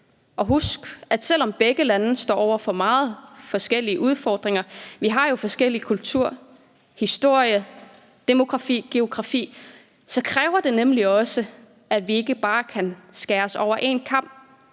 Husk, at selv om begge lande står over for meget store udfordringer, har vi jo forskellig kultur, historie, demografi og geografi, og det kræver nemlig, at vi ikke bare kan skæres over én kam,